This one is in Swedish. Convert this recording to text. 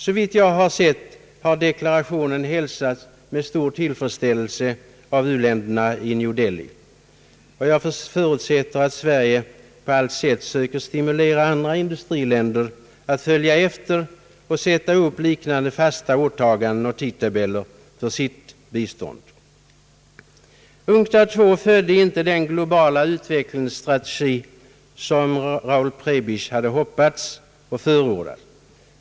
Såvitt jag har sett, har deklarationen hälsats med stor tillfredsställelse av uländerna vid konferensen i New Delhi. Jag förutsätter att Sverige på allt sätt söker stimulera andra industriländer att följa efter och sätta upp liknande fasta åtaganden och tidtabeller för sitt bistånd. UNCTAD II födde icke den globala utvecklingsstrategi som Raul Prebisch hade hoppats och förordat.